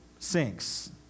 sinks